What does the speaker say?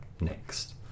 next